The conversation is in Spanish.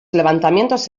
levantamientos